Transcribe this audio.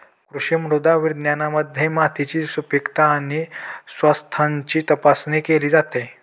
कृषी मृदा विज्ञानामध्ये मातीची सुपीकता आणि स्वास्थ्याची तपासणी केली जाते